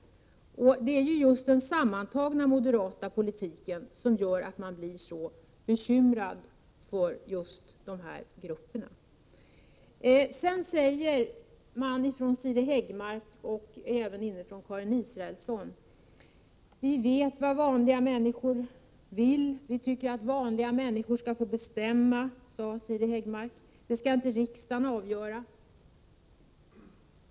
Det är just den sammantagna moderata politiken som gör att man blir så bekymrad för just de här grupperna. Sedan säger Siri Häggmark och även Karin Israelsson: Vi vet vad vanliga människor vill. Vi tycker att vanliga människor skall få bestämma, sade Siri Häggmark, det skall inte riksdagen avgöra.